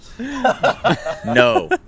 No